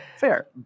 Fair